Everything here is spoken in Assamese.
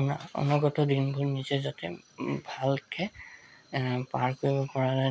অনা অনাগত দিনবোৰ নিজে যাতে ভালকৈ পাৰ কৰিব পৰা যায়